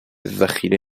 ذخیره